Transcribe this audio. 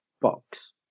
box